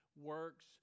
works